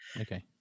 Okay